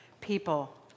People